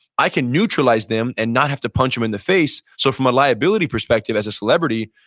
i can neutralize them and not have to punch him in the face. so from a liability perspective as a celebrity,